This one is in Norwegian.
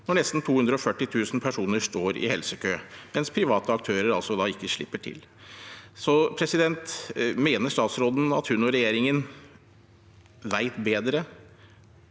når nesten 240 000 personer står i helsekø mens private aktører altså ikke slipper til. Mener statsråden at hun og regjeringen vet bedre